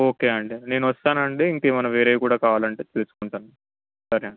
okay అండి నేను వస్తానండి ఇంకేమన్నా వేరేవి కావాలంటే తీసుకుంటాను సరేండి